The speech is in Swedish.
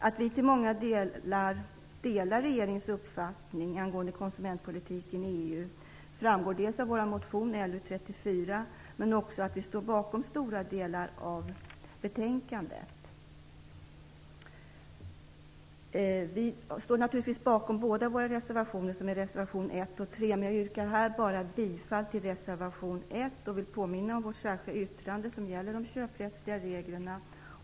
Att vi delar regeringens uppfattning om konsumentpolitiken i EU i många delar framgår av vår motion L34 men också av det faktum att vi står bakom stora delar av betänkandet. Vi står naturligtvis också bakom båda våra reservationer 1 och 3, men jag yrkar här bifall bara till reservation 1 och vill påminna om vårt särskilda yttrande, som gäller de köprättsliga reglerna.